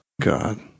god